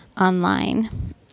online